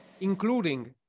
including